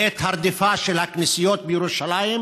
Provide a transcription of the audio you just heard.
את הרדיפה של הכנסיות בירושלים,